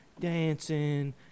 dancing